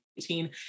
2018